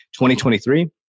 2023